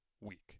week